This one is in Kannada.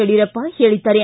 ಯಡಿಯೂರಪ್ಪ ಹೇಳಿದ್ದಾರೆ